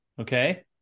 Okay